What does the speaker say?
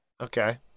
Okay